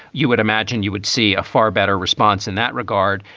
you would imagine you would see a far better response in that regard.